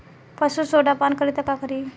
पशु सोडा पान करी त का करी?